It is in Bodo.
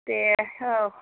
दे औ